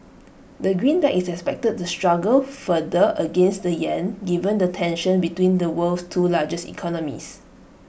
the greenback is expected to struggle further against the Yen given the tension between the world's two largest economies